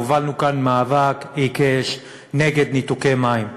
הובלנו כאן מאבק עיקש נגד ניתוקי מים.